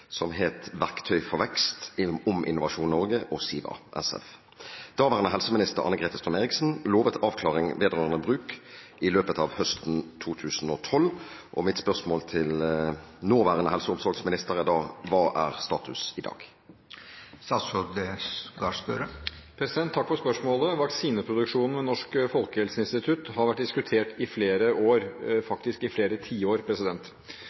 for vekst – om Innovasjon Norge og SIVA SF». Daværende helseminister Anne-Grete Strøm-Erichsen lovet avklaring vedrørende bruk i løpet av høsten 2012. Hva er status nå?» Takk for spørsmålet. Vaksineproduksjonen ved Nasjonalt folkehelseinstitutt, FHI, har vært diskutert i flere tiår. Allerede i St.prp. nr. 61 for 1999–2000 ble det gjort rede for at forutsetningene for vaksineproduksjon ved